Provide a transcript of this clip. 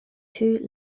two